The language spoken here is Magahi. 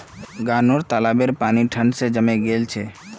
गांउर तालाबेर पानी ठंड स जमें गेल छेक